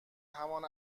همان